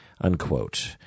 Unquote